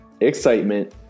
excitement